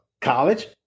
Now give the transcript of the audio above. college